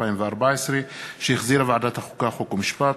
התשע"ד 2014, שהחזירה ועדת החוקה, חוק ומשפט.